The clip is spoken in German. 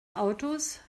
autos